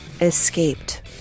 escaped